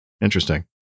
Interesting